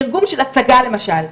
תרגום של הצגה למשל,